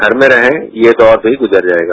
घर में रहें ये दौर भी गुजर जाएगा